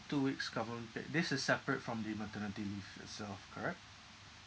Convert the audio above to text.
two weeks government paid this is separate from the maternity leave itself correct